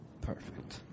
Perfect